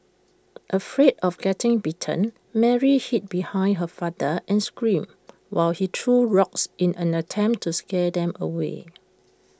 afraid of getting bitten Mary hid behind her father and screamed while he threw rocks in an attempt to scare them away